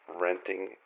renting